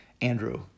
Andrew